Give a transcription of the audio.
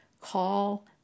call